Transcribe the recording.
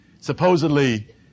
supposedly